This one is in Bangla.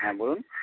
হ্যাঁ বলুন